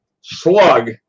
slug